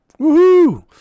Woohoo